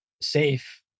safe